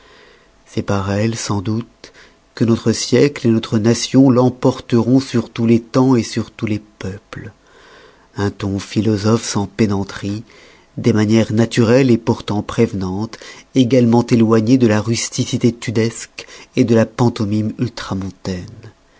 c'est par elle sans doute que notre siècle et notre nation l'emporteront sur tous les tems sur tous les peuples un ton philosophe sans pédanterie des manières naturelles pourtant prévenantes également éloignées de la rusticité tudesque de la pantomime